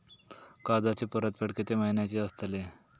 कर्जाची परतफेड कीती महिन्याची असतली?